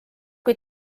kui